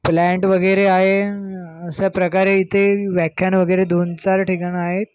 planned वगैरे आहे अशाप्रकारे इथे व्याख्यान वगैरे दोन चार ठिकाणं आहेत